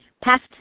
past